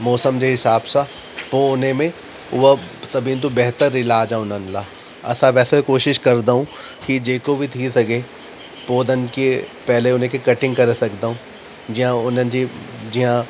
मौसम जे हिसाब सां पोइ उन में उहा सभिनि तो बहितर इलाजु आहे उन्हनि लाइ असां वैसे कोशिशि कंदा आहियूं की जेको बि थी सघे पौधनि खे पहिले उन खे कटिंग करे सघंदा ऐं जीअं उन्हनि जी जीअं